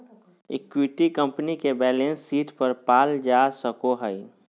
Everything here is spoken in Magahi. इक्विटी कंपनी के बैलेंस शीट पर पाल जा सको हइ